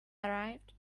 arrived